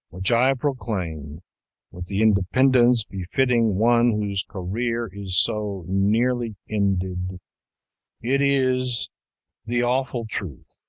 which i proclaim with the independence befitting one whose career is so nearly ended it is the awful truth